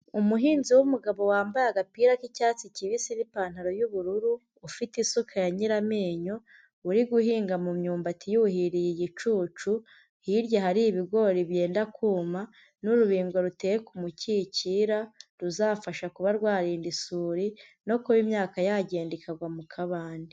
Umuhinzi w'umugabo wambaye agapira k'icyatsi kibisi n'ipantaro y'ubururu, ufite isuka ya nyiramenyo, uri guhinga mu myumbati yuhiriye igicucu, hirya hari ibigori byenda kuma n'urubingo ruteye ku mukikira, ruzafasha kuba rwarinda isuri no kuba imyaka yagenda ikagwa mu kabande.